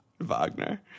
Wagner